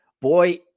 Boy